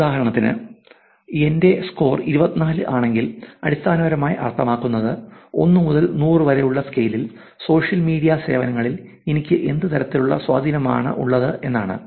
ഉദാഹരണത്തിന് എന്റെ സ്കോർ 24 ആണെങ്കിൽ അടിസ്ഥാനപരമായി അർത്ഥമാക്കുന്നത് 1 മുതൽ 100 വരെയുള്ള സ്കെയിലിൽ സോഷ്യൽ മീഡിയ സേവനങ്ങളിൽ എനിക്ക് എന്ത് തരത്തിലുള്ള സ്വാധീനമാണ് ഉള്ളത് എന്നാണ്